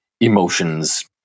emotions